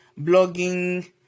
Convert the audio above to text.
blogging